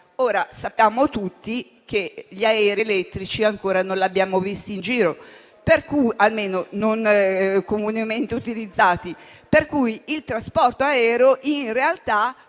aerea. Sappiamo tutti che gli aerei elettrici ancora non li abbiamo visti in giro, o almeno non sono comunemente utilizzati. Pertanto, il trasporto aereo in realtà